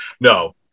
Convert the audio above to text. No